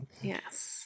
Yes